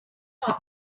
other